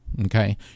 Okay